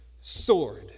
sword